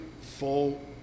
full